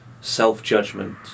self-judgment